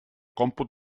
còmput